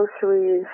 groceries